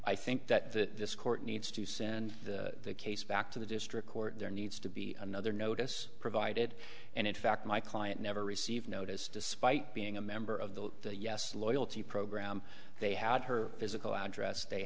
i think that the court needs to send the case back to the district court there needs to be another notice provided and in fact my client never received notice despite being a member of the yes loyalty program they had her physical address they